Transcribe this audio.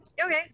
Okay